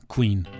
Queen